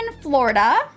Florida